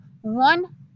one